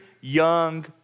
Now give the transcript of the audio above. young